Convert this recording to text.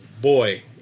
boy